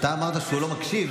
אתה אמרת שהוא לא מקשיב,